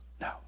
No